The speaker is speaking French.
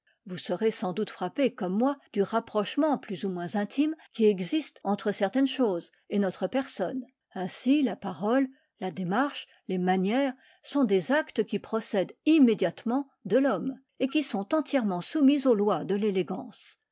vous serez sans doute frappés comme moi du rapprochement plus ou moins intime qui existe entre certaines choses et notre personne ainsi la parole la démarche les manières sont des actes qui procèdent immédiatement de l'homme et qui sont entièrement soumis aux lois de l'élégance